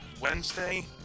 Wednesday